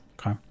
Okay